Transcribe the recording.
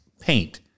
paint